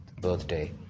birthday